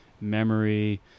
memory